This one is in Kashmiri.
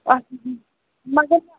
اچھا مگر